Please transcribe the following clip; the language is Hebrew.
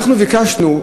אנחנו ביקשנו,